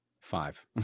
five